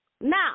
Now